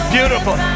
Beautiful